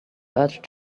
urged